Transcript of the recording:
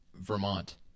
Vermont